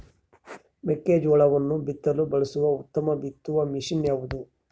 ಮೆಕ್ಕೆಜೋಳವನ್ನು ಬಿತ್ತಲು ಬಳಸುವ ಉತ್ತಮ ಬಿತ್ತುವ ಮಷೇನ್ ಯಾವುದು?